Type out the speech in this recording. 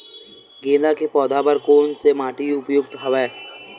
गेंदा के पौधा बर कोन से माटी उपयुक्त हवय?